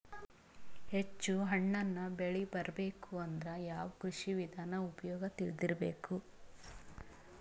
ಹೆಚ್ಚು ಹಣ್ಣನ್ನ ಬೆಳಿ ಬರಬೇಕು ಅಂದ್ರ ಯಾವ ಕೃಷಿ ವಿಧಾನ ಉಪಯೋಗ ತಿಳಿದಿರಬೇಕು?